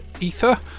Ether